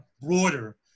broader